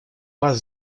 вас